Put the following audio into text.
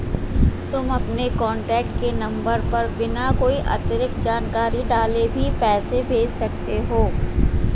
तुम अपने कॉन्टैक्ट के नंबर पर बिना कोई अतिरिक्त जानकारी डाले भी पैसे भेज सकते हो